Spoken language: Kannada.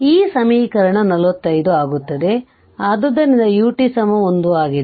ಆದ್ದರಿಂದ ಈ ಸಮೀಕರಣ 45 ಆಗುತ್ತದೆ ಆದ್ದರಿಂದ ut1 ಆಗಿದೆ